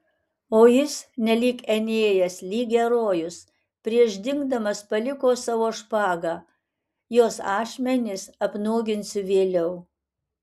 o jis nelyg enėjas lyg herojus prieš dingdamas paliko savo špagą jos ašmenis apnuoginsiu vėliau